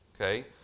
okay